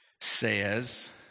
says